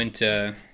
went